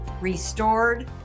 restored